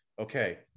okay